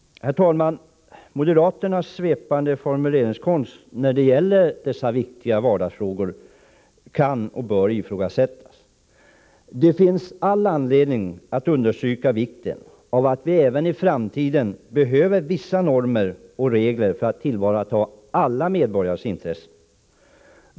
Moderaternas svepande formuleringskonst när det gäller dessa viktiga vardagsfrågor kan och bör emellertid ifrågasättas. Det finns all anledning att understryka vikten av att vi även i framtiden har vissa normer och regler för att tillvarata allas intressen.